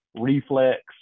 reflex